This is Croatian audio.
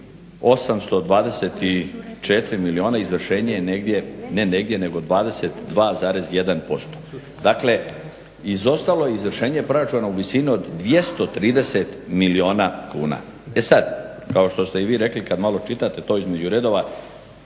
je negdje, ne negdje nego 22,1%. Dakle, izostalo izvršenje proračuna u visini od 230 milijuna kuna. E sad, kao što ste i vi rekli kad malo čitate to između redova